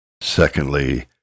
Secondly